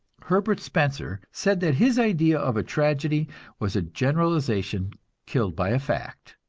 herbert spencer said that his idea of a tragedy was a generalization killed by a fact.